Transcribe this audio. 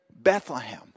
Bethlehem